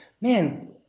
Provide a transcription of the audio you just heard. man